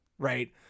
Right